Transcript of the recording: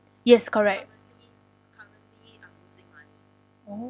yes correct oh